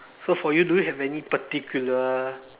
so for you do you have any particular